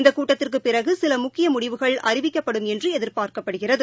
இந்தக் கூட்டத்திற்கு பிறகு சில முக்கிய முடிவுகள் அறிவிக்கப்படும் என்று எதிர்பார்க்கப்படுகிறது